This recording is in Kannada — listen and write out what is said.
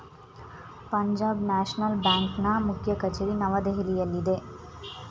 ಪಂಜಾಬ್ ನ್ಯಾಷನಲ್ ಬ್ಯಾಂಕ್ನ ಮುಖ್ಯ ಕಚೇರಿ ನವದೆಹಲಿಯಲ್ಲಿದೆ